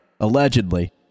allegedly